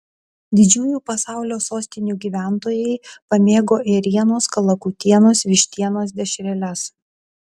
didžiųjų pasaulio sostinių gyventojai pamėgo ėrienos kalakutienos vištienos dešreles